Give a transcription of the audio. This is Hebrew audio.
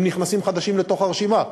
הם נכנסים חדשים לרשימה.